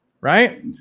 right